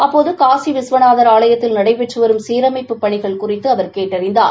அப்போது காசி விஸ்வநாதர் ஆலயத்தில் நடைபெற்று வரும் சீரமைப்புப் பணிகள் குறித்து கேட்டறிந்தார்